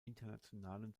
internationalen